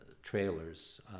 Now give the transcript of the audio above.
trailers